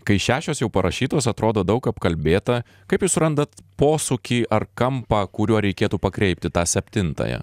kai šešios jau parašytos atrodo daug apkalbėta kaip jūs surandat posūkį ar kampą kuriuo reikėtų pakreipti tą septintąją